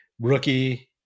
rookie